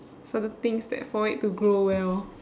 c~ certain things that for it to grow well